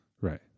Right